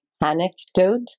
anecdote